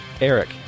Eric